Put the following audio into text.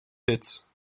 pits